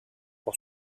pour